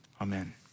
Amen